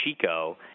Chico